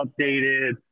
updated